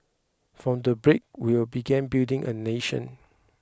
from that break we began building a nation